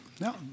no